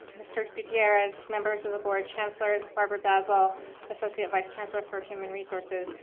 mr. gutierrez, members of the board, chancellor, barbara basel associate vice chancellor for human resources.